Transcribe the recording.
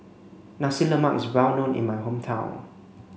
Nasi lemak is well known in my hometown